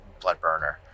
Bloodburner